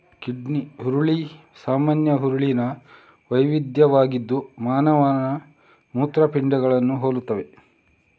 kidney ಹುರುಳಿ ಸಾಮಾನ್ಯ ಹುರುಳಿನ ವೈವಿಧ್ಯವಾಗಿದ್ದು ಮಾನವನ ಮೂತ್ರಪಿಂಡವನ್ನು ಹೋಲುತ್ತದೆ